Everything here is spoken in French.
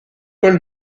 col